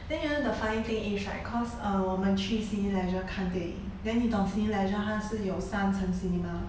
then you know the funning thing is right cause err 我们去 cineleisure 看电影 then 你懂 cineleisure 它是有三层 cinema